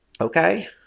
Okay